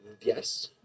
Yes